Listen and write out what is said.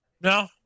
No